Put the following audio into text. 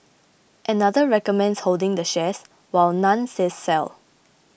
another recommends holding the shares while none says sell